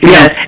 Yes